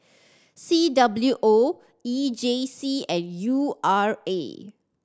C W O E J C and U R A